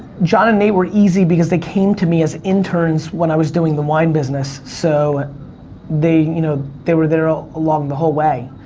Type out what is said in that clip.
john and nate were easy because they came to me as interns when i was doing the wine business. so they, you know, they were there ah along the whole way.